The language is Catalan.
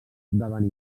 davant